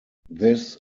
this